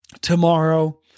tomorrow